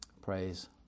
Praise